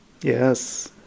Yes